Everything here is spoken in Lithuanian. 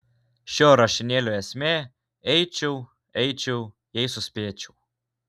šio rašinėlio esmė eičiau eičiau jei suspėčiau